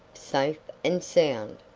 safe and sound.